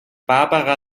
barbara